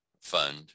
fund